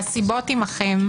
והסיבות עמכם.